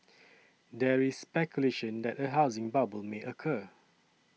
there is speculation that a housing bubble may occur